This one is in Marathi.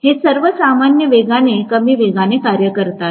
हे सर्व सामान्य वेगाने कमी वेगाने कार्य करतात